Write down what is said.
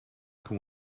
can